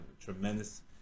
tremendous